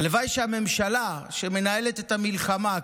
הלוואי שהממשלה שמנהלת את המלחמה,